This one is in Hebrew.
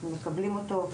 אנחנו מקבלים אותו,